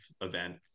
event